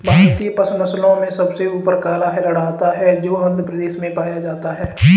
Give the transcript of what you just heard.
भारतीय पशु नस्लों में सबसे ऊपर काला हिरण आता है जो आंध्र प्रदेश में पाया जाता है